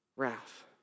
wrath